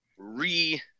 re